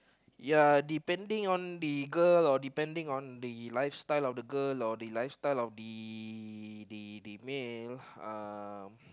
ya depending on the girl or depending on the lifestyle of the girl or the lifestyle of the the the male uh